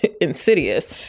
insidious